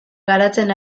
garatzen